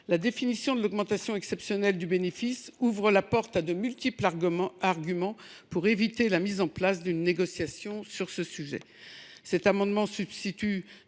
la définition de l’augmentation exceptionnelle du bénéfice ouvre la porte à de multiples arguments pour éviter la mise en place d’une négociation sur ce sujet. De plus, cet amendement tend